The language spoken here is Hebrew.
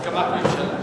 יש הסכמת ממשלה.